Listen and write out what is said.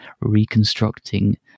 reconstructing